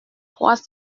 trois